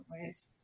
ways